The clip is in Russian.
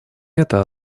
это